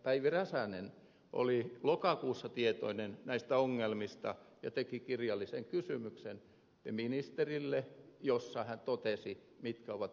päivi räsänen oli lokakuussa tietoinen näistä ongelmista ja teki ministerille kirjallisen kysymyksen jossa hän totesi mitkä ovat ongelmat